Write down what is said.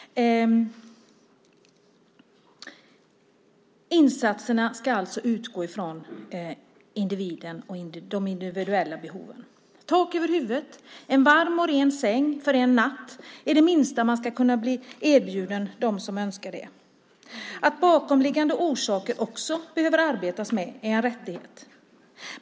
Insatserna ska alltså utgå från individen och de individuella behoven. Tak över huvudet och en varm och ren säng för en natt är det minsta man ska kunna erbjuda dem som önskar det. Det behöver också arbetas med bakomliggande orsaker, och det är en rättighet.